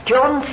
John